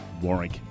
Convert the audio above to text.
Warwick